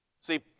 See